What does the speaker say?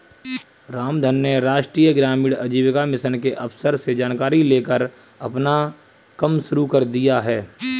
रामधन ने राष्ट्रीय ग्रामीण आजीविका मिशन के अफसर से जानकारी लेकर अपना कम शुरू कर दिया है